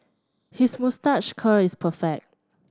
his moustache curl is perfect